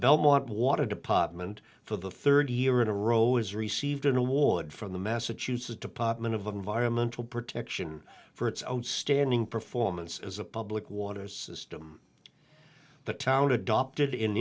belmont water department for the third year in a row is received an award from the massachusetts department of environmental protection for its own standing performance as a public water system the town adopted